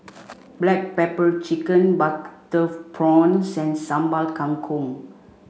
black pepper chicken butter prawns and Sambal Kangkong